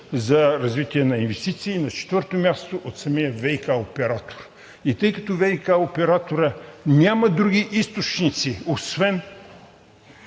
за развитие на инвестиции; и на четвърто място, от самия ВиК оператор. Тъй като ВиК операторът няма други източници, освен